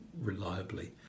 reliably